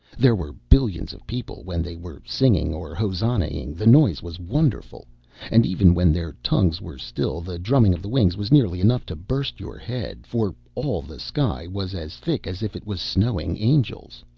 there were billions of people when they were singing or hosannahing, the noise was wonderful and even when their tongues were still the drumming of the wings was nearly enough to burst your head, for all the sky was as thick as if it was snowing angels.